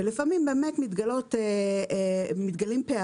לפעמים מתגלים פערים,